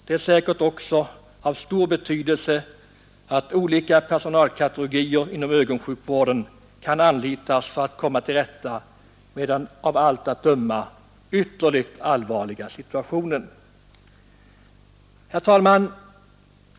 Det är säkerligen också av'stor betydelse att olika personalkategorier inom ögonsjukvården kan anlitas för att vi skall kunna komma till rätta med den av allt att döma ytterligt allvarliga situationen. Herr talman!